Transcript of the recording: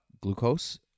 glucose